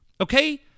Okay